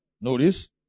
notice